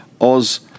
Oz